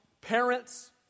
parents